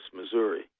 Missouri